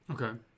Okay